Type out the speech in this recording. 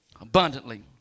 abundantly